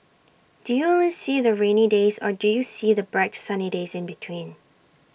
do you only see the rainy days or do you see the bright sunny days in between